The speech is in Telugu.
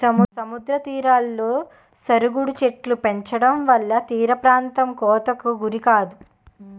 సముద్ర తీరాలలో సరుగుడు చెట్టులు పెంచడంవల్ల తీరప్రాంతం కోతకు గురికాదు